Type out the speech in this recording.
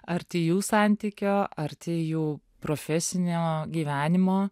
arti jų santykio arti jų profesinio gyvenimo